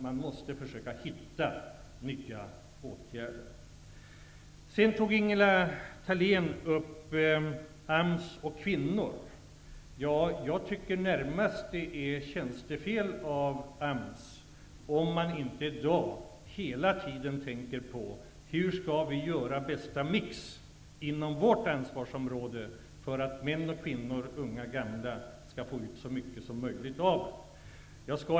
Man måste försöka finna nya åtgärder. Ingela Thale n tog upp AMS och kvinnorna. Jag tycker att det närmast är tjänstefel av AMS om man inte i dag hela tiden tänker på hur man skall kunna göra den bästa mixen inom sitt ansvarsområde för att män och kvinnor, unga och gamla, skall få ut så mycket som möjligt av det.